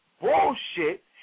Bullshit